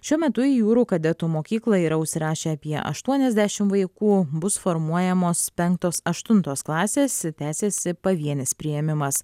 šiuo metu į jūrų kadetų mokyklą yra užsirašę apie aštuoniasdešim vaikų bus formuojamos penktos aštuntos klasės tęsiasi pavienis priėmimas